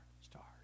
stars